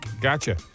Gotcha